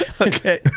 Okay